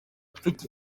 mfite